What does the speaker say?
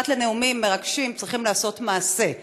פרט לנאומים מרגשים צריכים לעשות מעשה.